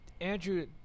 Andrew